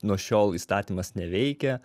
nuo šiol įstatymas neveikia